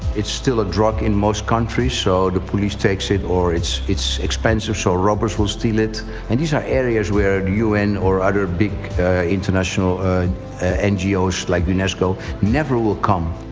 it's still a drug in most countries so the police takes it, or it's it's expensive, so robbers will steal it and these are areas where the. un or other big international ngo's like unesco never will come.